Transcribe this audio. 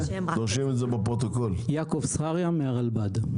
אנחנו מסתכלים על הכבישים ככבישים מרובי תאונות,